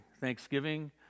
Thanksgiving